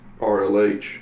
RLH